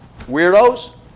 weirdos